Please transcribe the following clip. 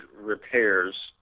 repairs